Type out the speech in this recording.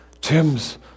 Tim's